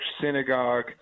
synagogue